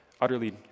utterly